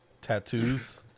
tattoos